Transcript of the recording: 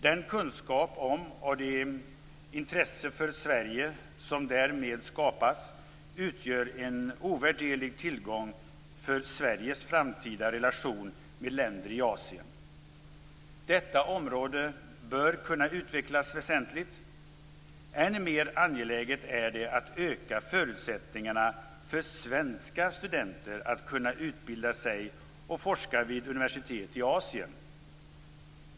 Den kunskap om och det intresse för Sverige som därmed skapas utgör en ovärderlig tillgång för Sveriges framtida relationer med länder i Asien. Detta område bör kunna utvecklas väsentligt. Än mer angeläget är det att öka förutsättningarna för svenska studenter att kunna utbilda sig och forska vid universitet i Asien.